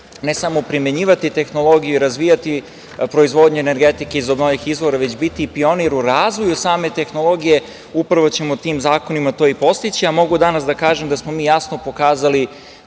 ne samo primenjivati tehnologiju i razvijati proizvodnje energetike iz obnovljivih izvora, već biti i pionir u razvoju same tehnologije upravo ćemo tim zakonima to i postići. Mogu danas da kažem da smo mi jasno pokazali